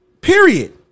Period